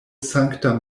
sankta